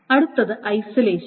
അടുത്തത് ഐസലേഷൻ